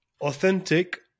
authentic